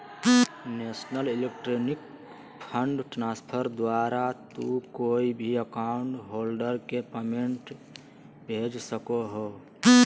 national electronic fund transfer द्वारा तू कोय भी अकाउंट होल्डर के पेमेंट भेज सको हो